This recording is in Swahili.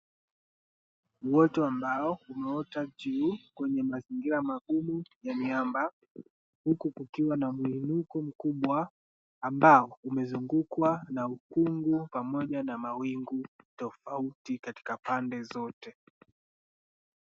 Uoto ambao umeota juu kwenye mazingira magumu ya miamba, huku kukiwa na mwinuko mkubwa ambao umezungukwa na ukungu pamoja na mawingu tofauti katika pande zote.